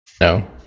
no